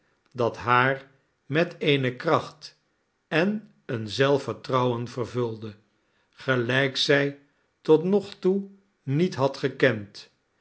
dat haar met eene kracht en een zelfvertrouwen vervulde gelijk zij tot nog toe niet had gekend